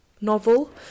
novel